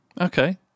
okay